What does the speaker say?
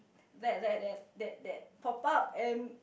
that that that that that pop up and